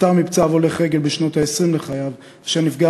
נפטר מפצעיו הולך רגל בשנות ה-20 לחייו אשר נפגע